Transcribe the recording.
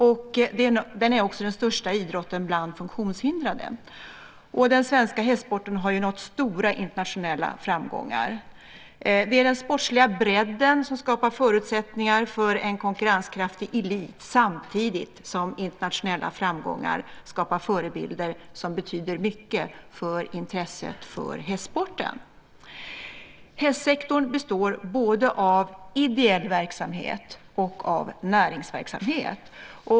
Den är också den största idrotten bland funktionshindrade. Den svenska hästsporten har nått stora internationella framgångar. Det är den sportsliga bredden som skapar förutsättningar för en konkurrenskraftig elit samtidigt som internationella framgångar skapar förebilder som betyder mycket för intresset för hästsporten. Hästsektorn består både av ideell verksamhet och av näringsverksamhet.